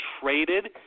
traded